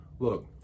Look